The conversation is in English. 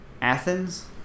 Athens